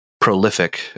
prolific